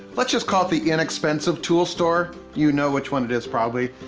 let's just call it the inexpensive tool store. you know which one it is probably.